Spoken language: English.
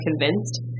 convinced